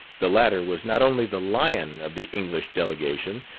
the latter was not only the lion of the english delegation,